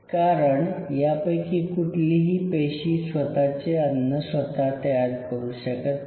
कारण यापैकी कुठलीही पेशी स्वतचे अन्न स्वत तयार करू शकत नाही